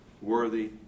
worthy